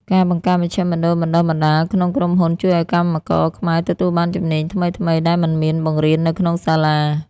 ការបង្កើត មជ្ឈមណ្ឌលបណ្តុះបណ្តាល ក្នុងក្រុមហ៊ុន ជួយឱ្យកម្មករខ្មែរទទួលបានជំនាញថ្មីៗ ដែលមិនមានបង្រៀននៅក្នុងសាលា។